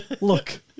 Look